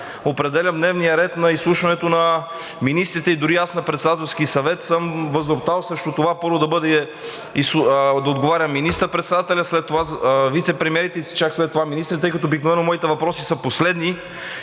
определям дневния ред на изслушването на министрите. Дори аз на Председателски съвет съм възроптал срещу това първо да отговаря министър-председателят, след това вицепремиерите и чак след това министрите, тъй като обикновено моите въпроси са последни.